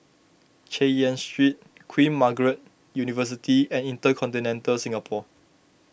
Chay Yan Street Queen Margaret University and Intercontinental Singapore